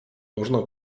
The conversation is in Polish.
można